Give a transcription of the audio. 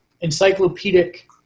encyclopedic